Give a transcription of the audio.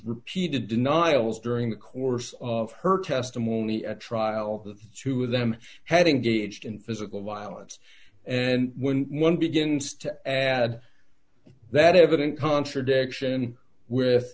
repeated denials during the course of her testimony at trial that two of them had engaged in physical violence and when one begins to add that evident contradiction with